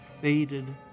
faded